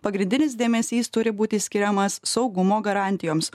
pagrindinis dėmesys turi būti skiriamas saugumo garantijoms